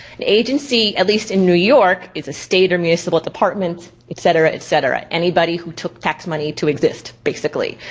an agency, at least in new york, is a state or municipal department, et cetera, et cetera. anybody who took tax money to exist basically.